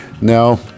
Now